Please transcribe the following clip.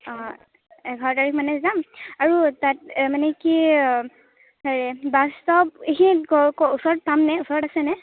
অঁ এঘাৰ তাৰিখ মানে যাম আৰু তাত মানে কি বাছ ষ্টপ সেইখিনিত ওচৰত ওচৰত পাম নে ওচৰত আছে নে